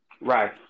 Right